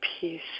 peace